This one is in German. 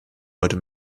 heute